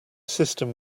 system